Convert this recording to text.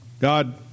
God